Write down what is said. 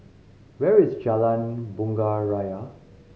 where is Jalan Bunga Raya